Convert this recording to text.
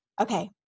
Okay